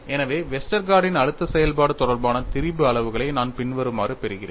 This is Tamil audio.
எனவே வெஸ்டர்கார்டின் Westergaard's அழுத்த செயல்பாடு தொடர்பான திரிபு அளவுகளை நான் பின்வருமாறு பெறுகிறேன்